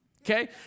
Okay